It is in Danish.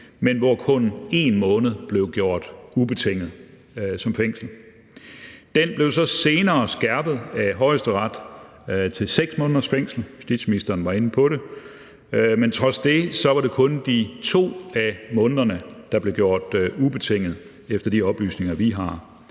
men hvor kun 1 måned blev gjort ubetinget i form af fængsel. Den blev så senere skærpet af Højesteret til 6 måneders fængsel – justitsministeren var inde på det – men trods det var det kun de 2 af månederne, der blev gjort ubetingede efter de oplysninger, vi har.